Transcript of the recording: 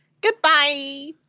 goodbye